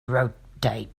rotate